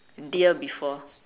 deer before